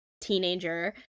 teenager